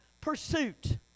pursuit